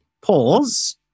pause